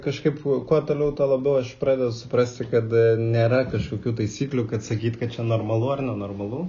kažkaip kuo toliau tuo labiau aš pradedu suprasti kad nėra kažkokių taisyklių kad sakyt kad čia normalu ar normalu